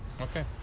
okay